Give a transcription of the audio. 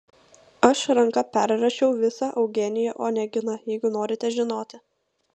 aš ranka perrašiau visą eugenijų oneginą jeigu norite žinoti